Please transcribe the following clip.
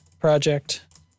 project